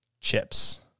chips